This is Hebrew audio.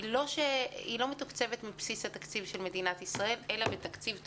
לא מתוקצבת מבסיס התקציב של מדינת ישראל אלא בתקציב תוספתי,